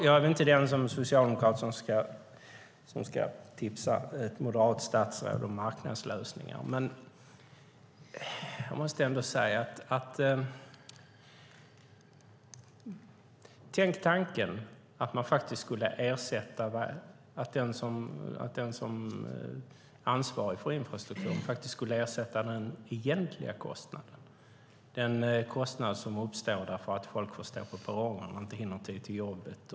Jag är inte den socialdemokrat som ska tipsa ett moderat statsråd om marknadslösningar, men tänk tanken att den som är ansvarig för infrastrukturen faktiskt skulle ersätta den egentliga kostnaden, alltså den kostnad som uppstår för att folk får stå och vänta och inte hinner i tid till jobbet.